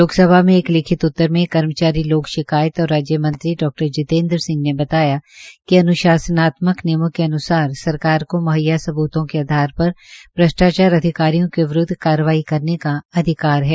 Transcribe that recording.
लोकसभा में एक लिखित उतर में कर्मचारी लोक शिकायत और राज्य मंत्री डा जितेन्द्र सिह ने बताया कि अन्शासनात्मक नियमों के अन्सार सरकार को म्हैया सब्तों के आधार पर भ्रष्टाचार अधिकारियों के विरूद्व कार्यवाही करने का अधिकार है